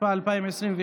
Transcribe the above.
התשפ"א 2021,